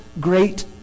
great